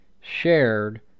shared